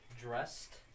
dressed